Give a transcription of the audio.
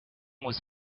was